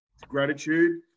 gratitude